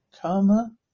Karma